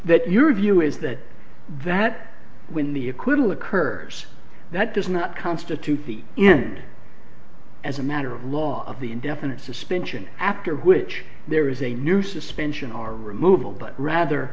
that your view is that that when the acquittal of curs that does not constitute the end as a matter of law of the indefinite suspension after which there is a new suspension or removal but rather